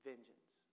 vengeance